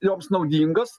joms naudingas